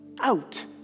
out